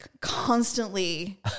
constantly